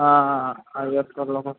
ఐయా ఫోలో